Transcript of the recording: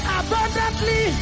abundantly